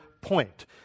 point